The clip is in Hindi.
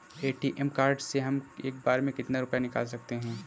ए.टी.एम कार्ड से हम एक बार में कितना रुपया निकाल सकते हैं?